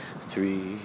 three